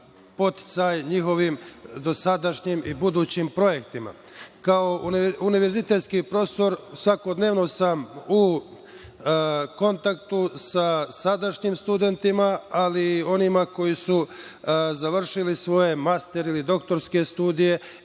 podsticaj njihovim dosadašnjim i budućim projektima. Kao univerzitetski profesor svakodnevno sam u kontaktu sa sadašnjim studentima, ali i onima koji su završili svoje master ili doktorske studije